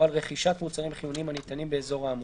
על רכישת מוצרים חיוניים הניתנים באזור האמור,